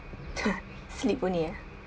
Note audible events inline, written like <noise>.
<laughs> sleep only ah